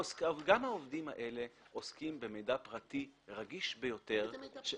גם העובדים האלה עוסקים במידע פרטי רגיש ביותר.